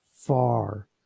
far